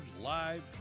live